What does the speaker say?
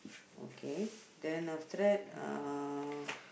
okay then after that uh